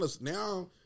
now